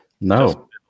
No